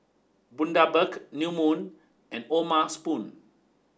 Bundaberg New Moon and O'ma Spoon